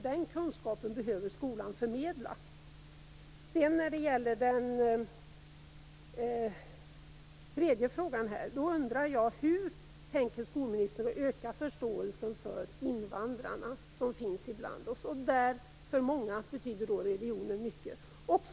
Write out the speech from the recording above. Den kunskapen behöver skolan förmedla. Hur tänker skolministern öka förståelsen för invandrarna? För många av dem betyder religionen mycket.